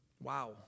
Wow